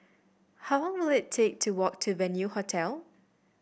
how long will it take to walk to Venue Hotel